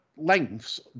Lengths